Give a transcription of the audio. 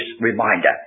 reminder